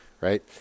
Right